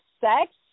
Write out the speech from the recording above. sex